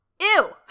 Ew